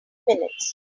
minutes